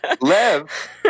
Lev